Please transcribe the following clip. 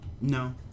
No